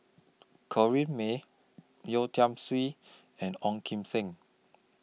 Corrinne May Yeo Tiam Siew and Ong Kim Seng